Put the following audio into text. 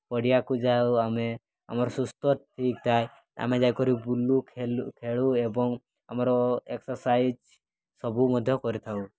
ପଡ଼ିଆକୁ ଯାଉ ଆମେ ଆମର ସୁସ୍ଥ ଠିକ୍ ଥାଏ ଆମେ ଯାଇକରି ବୁଲୁ ଖେଳୁ ଏବଂ ଆମର ଏକ୍ସର୍ସାଇଜ୍ ସବୁ ମଧ୍ୟ କରିଥାଉ